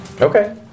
Okay